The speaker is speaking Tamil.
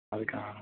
அதுக்காகத்தான்